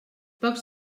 pocs